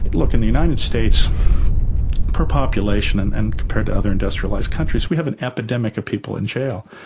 look, in the united states per population and and compared to other industrialised countries, we have an epidemic of people in jail.